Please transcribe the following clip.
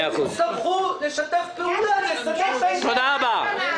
הם יצטרכו לשתף פעולה, לסדר את העניין.